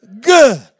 good